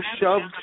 shoved